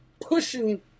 pushing